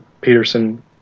Peterson